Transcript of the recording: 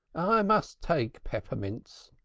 i must take peppermints,